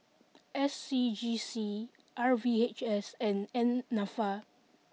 S C G C R V H S and N Nafa